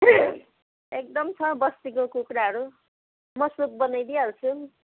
एकदम छ बस्तीको कुखराहरू म सुप बनाइदिइहाल्छु